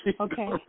Okay